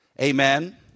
Amen